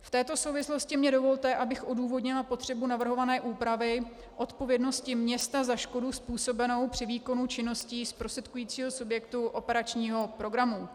V této souvislosti mi dovolte, abych odůvodnila potřebu navrhované úpravy odpovědnosti města za škodu způsobenou při výkonu činností zprostředkujícího subjektu operačního programu.